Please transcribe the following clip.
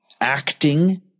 acting